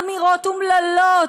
אמירות אומללות,